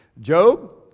Job